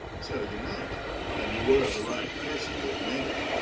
so you might and you were the right person to have made it.